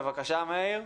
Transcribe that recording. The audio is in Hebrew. בבקשה, מאיר.